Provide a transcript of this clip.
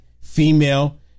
female